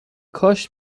کاش